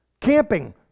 camping